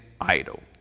idle